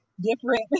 different